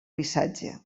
missatge